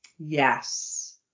yes